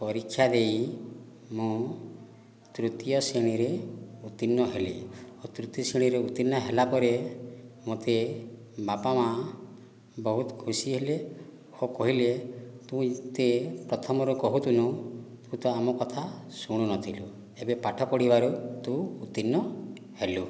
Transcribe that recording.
ପରୀକ୍ଷା ଦେଇ ମୁଁ ତୃତୀୟ ଶ୍ରେଣୀରେ ଉତ୍ତୀର୍ଣ୍ଣ ହେଲି ଓ ତୃତୀୟ ଶ୍ରେଣୀରେ ଉତ୍ତୀର୍ଣ୍ଣ ହେଲାପରେ ମୋତେ ବାପା ମା' ବହୁତ ଖୁସିହେଲେ ଓ କହିଲେ ତୁ ଏତେ ପ୍ରଥମରୁ କହୁଥିଲୁ ତୁ ତ ଆମ କଥା ଶୁଣୁ ନଥିଲୁ ଏବେ ପାଠ ପଢ଼ିବାରୁ ତୁ ଉତ୍ତୀର୍ଣ୍ଣ ହେଲୁ